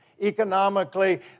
Economically